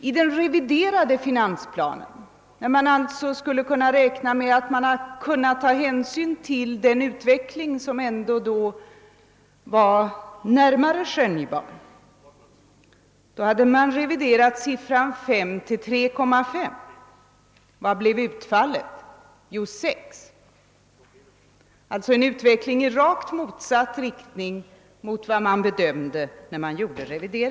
I den reviderade finansplanen, när vi alltså borde ha kunnat räkna med. att hänsyn hade tagits till den utveckling som då var mera skönjbar, hade denna siffra reviderats till 3,3 procent. Vad blev utfallet? Jo, 6 procent — en utveckling i rakt motsatt riktning mot den som i den reviderade finansplanen bedömdes som sannolik.